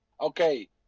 okay